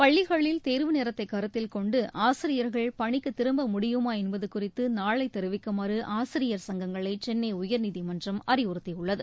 பள்ளிகளில் தேர்வு நேரத்தை கருத்தில் கொண்டு ஆசிரியர்கள் பணிக்கு திரும்ப முடியுமா என்பது குறித்து நாளை தெரிவிக்குமாறு ஆசிரியர் சங்கங்களை சென்னை உயர்நீதிமன்றம் அறிவுறுத்தியுள்ளது